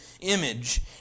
image